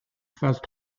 phase